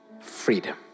freedom